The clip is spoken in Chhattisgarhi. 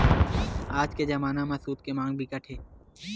आज के जमाना म सूत के मांग बिकट हे